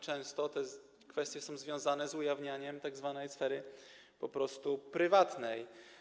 Często te kwestie są związane z ujawnianiem tzw. sfery po prostu prywatnej.